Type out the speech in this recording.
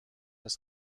das